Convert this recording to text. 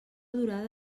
durada